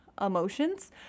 emotions